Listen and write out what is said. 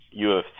UFC